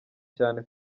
cyane